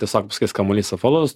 tiesiog pasakys kamuolys apvalus